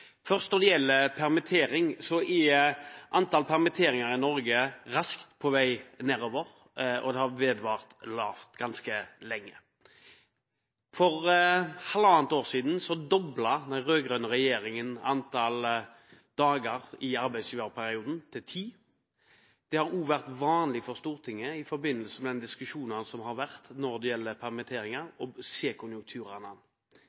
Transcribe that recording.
Først når det gjelder permittering: Antall permitteringer i Norge er raskt på vei nedover, og det har vedvart å være lavt ganske lenge. For halvannet år siden doblet den rød-grønne regjeringen antall dager i arbeidsgiverperioden til ti dager. Det har også vært vanlig for Stortinget – i forbindelse med de diskusjoner som har vært rundt permitteringer – å se an konjunkturene. Slik har det